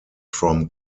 from